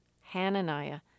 Hananiah